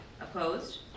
Opposed